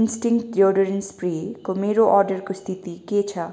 instinct deodorant spray को मेरो अर्डरको स्थिति के छ